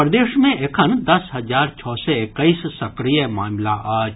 प्रदेश मे एखन दस हजार छओ सय एक्कैस सक्रिय मामिला अछि